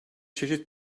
çeşit